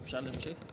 אפשר להמשיך?